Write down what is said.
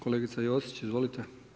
Kolegica Josić, izvolite.